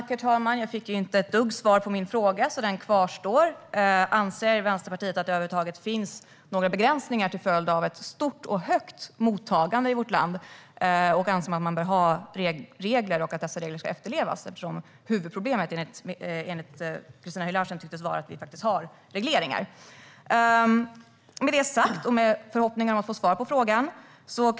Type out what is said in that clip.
Herr talman! Jag fick inget svar på mina frågor, så de kvarstår. Anser Vänsterpartiet att det över huvud taget finns några begränsningar till följd av ett stort mottagande i vårt land? Anser Vänsterpartiet att det bör finnas regler och att dessa regler ska efterlevas? Enligt Christina Höj Larsen tycks nämligen huvudproblemet vara att vi har regleringar. Jag hoppas få svar på detta.